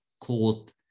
called